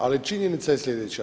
Ali, činjenica je sljedeća.